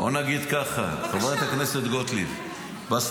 בואו נגיד כך, חברת הכנסת גוטליב -- בבקשה.